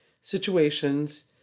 situations